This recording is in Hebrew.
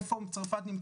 איפה נמצאת צרפת?